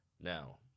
Now